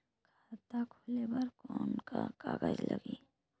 खाता खोले बर कौन का कागज लगही?